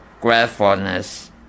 gratefulness